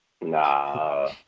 Nah